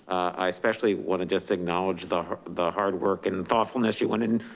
i especially want to just acknowledge the the hard work and thoughtfulness you went in